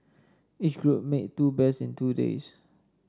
each group made two bears in two days